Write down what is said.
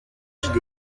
phd